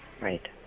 Right